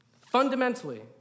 Fundamentally